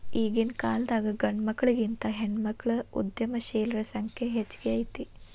ಈಗಿನ್ಕಾಲದಾಗ್ ಗಂಡ್ಮಕ್ಳಿಗಿಂತಾ ಹೆಣ್ಮಕ್ಳ ಉದ್ಯಮಶೇಲರ ಸಂಖ್ಯೆ ಹೆಚ್ಗಿ ಐತಿ